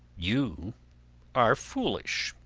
you are foolish,